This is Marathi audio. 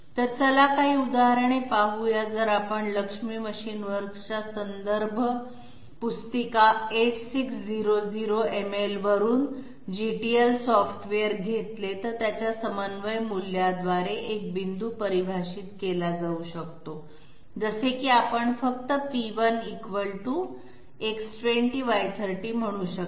तर चला काही उदाहरणे पाहू या जर आपण लक्ष्मी मशीन वर्क्सच्या संदर्भ पुस्तिका 8600 MC वरून GTL सॉफ्टवेअर घेतले तर त्याच्या समन्वय मूल्यांद्वारे एक पॉईंट परिभाषित केला जाऊ शकतो जसे की आपण फक्त P1 X20Y30 म्हणू शकता